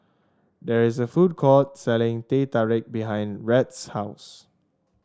there is a food court selling Teh Tarik behind Rhett's house